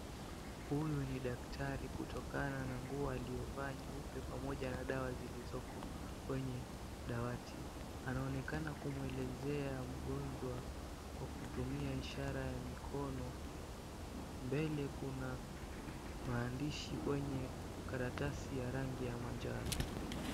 Huyu ni daktari kutokana na nguo aliovaa nyeupe pamoja na dawa zilizoko kwenye dawati. Anaonekana kumwelezea mgonjwa kwa kutumia ishara ya mikono. Mbele kuna maandishi kwenye karatasi ya rangi ya manjano.